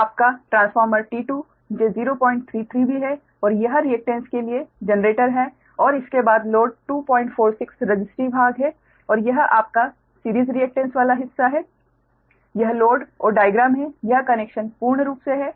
यह आपका transformer T2 j033 भी है और यह रिएक्टेन्स के लिए जनरेटर है और इसके बाद लोड 246 रसिस्टिव भाग है और यह आपका सिरीज़ रिएक्टेन्स वाला हिस्सा है यह लोड और डाइग्राम है यह कनेक्शन पूर्ण रूप से है